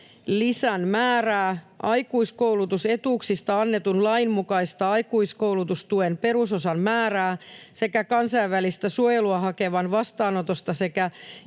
määrää, aikuiskoulutusetuuksista annetun lain mukaista aikuiskoulutustuen perusosan määrää sekä kansainvälistä suojelua hakevan vastaanotosta sekä